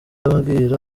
abwira